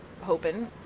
hoping